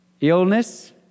illness